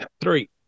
Three